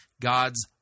God's